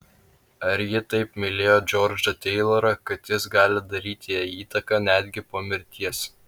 ar ji taip mylėjo džordžą teilorą kad jis gali daryti jai įtaką netgi po mirties